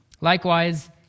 Likewise